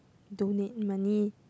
donate money